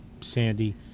Sandy